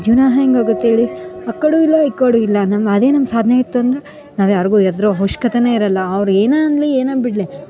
ಜೀವನ ಹೆಂಗ ಆಗತ್ತೆ ಹೇಳಿ ಆಕ್ಕಡು ಇಲ್ಲ ಇಕ್ಕಡು ಇಲ್ಲ ಅದೆ ನಮ್ಮ ಸಾಧ್ನೆ ಇತ್ತು ಅಂದರೆ ನಾವು ಯಾರಿಗೂ ಎದ್ರೊ ಆವಶ್ಯಕತೇನೆ ಇರಲ್ಲ ಅವ್ರ ಏನು ಅನ್ಲಿ ಏನ ಬಿಡ್ಲಿ